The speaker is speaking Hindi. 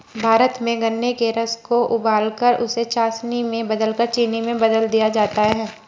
भारत में गन्ने के रस को उबालकर उसे चासनी में बदलकर चीनी में बदल दिया जाता है